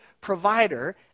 provider